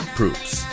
Proofs